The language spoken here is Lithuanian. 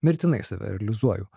mirtinai save realizuoju